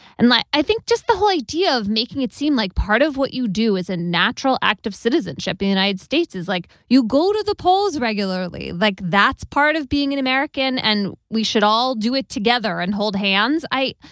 and like i think just the whole idea of making it seem like part of what you do is a natural act of citizenship united states is like you go to the polls regularly. like that's part of being an american. and we should all do it together and hold hands. i.